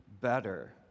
better